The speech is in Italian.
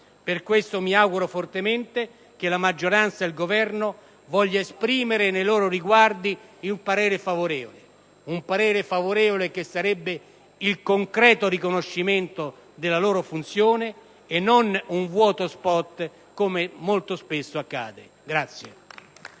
Per questo mi auguro fortemente che la maggioranza e il Governo vogliamo esprimere nei loro riguardi un parere favorevole: un parere favorevole che sarebbe il concreto riconoscimento della loro funzione e non un vuoto *spot*, come molto spesso accade.